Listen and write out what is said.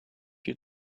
you